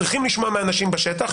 צריכים לשמוע מאנשים בשטח,